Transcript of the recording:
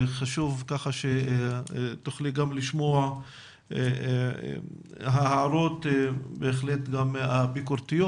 וחשוב שתוכלי גם לשמוע הערות ביקורתיות.